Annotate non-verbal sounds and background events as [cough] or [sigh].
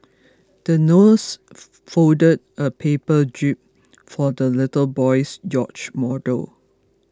the nurse [unintelligible] folded a paper jib for the little boy's yacht model